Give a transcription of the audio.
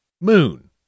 moon